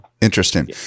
Interesting